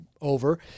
over